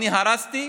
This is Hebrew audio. אני הרסתי,